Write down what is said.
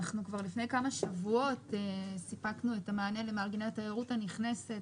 כבר לפני כמה שבועות סיפקנו מענה למארגני התיירות הנכנסת,